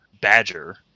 Badger